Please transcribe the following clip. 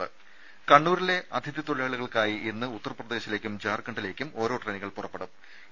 രുമ കണ്ണൂരിലെ അതിഥി തൊഴിലാളികൾക്കായി ഇന്ന് ഉത്തർപ്രദേശിലേക്കും ജാർഖണ്ഡിലേക്കും ഓരോ ട്രെയിനുകൾ പുറപ്പെടും